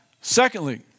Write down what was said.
Secondly